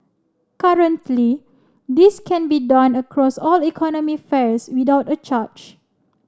currently this can be done across all economy fares without a charge